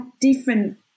different